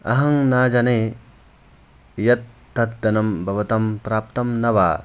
अहं न जाने यत् तद्धनं भवतं प्राप्तं न वा